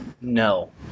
No